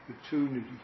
opportunity